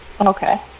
Okay